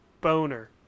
boner